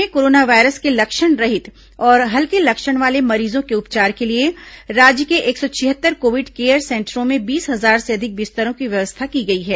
प्रदेश में corona virus के लक्षणरहित और हल्के लक्षण वाले मरीजों के उपचार के लिए राज्य के एक सौ छिहत्तर कोविड केयर सेंटरों में बीस हजार से अधिक बिस्तरों की व्यवस्था की गई है